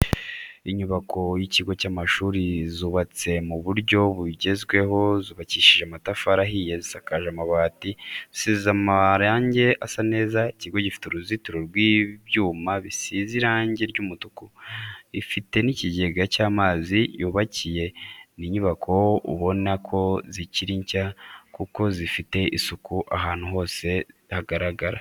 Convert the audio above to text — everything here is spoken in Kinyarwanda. Inyubako y'ikigo cy'amashuri zubatse mu buryo bugezweho zubakishije amatafari ahiye, zisakaje amabati zisize amarange asa neza, ikigo gifite uruzitiro rw'ibyuma bisize irangi ry'umutuku, ifite n'ikigega cy'amazi cyubakiye. ni inyubako ubona ko zikiri nshya kuko zifite isuku ahantu hose hagaragara.